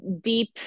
deep